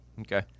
Okay